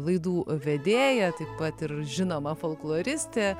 laidų vedėja taip pat ir žinoma folkloristė